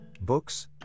books